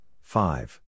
five